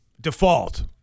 default